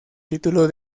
título